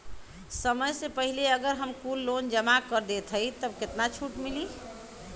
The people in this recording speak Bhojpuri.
समय से पहिले अगर हम कुल लोन जमा कर देत हई तब कितना छूट मिली?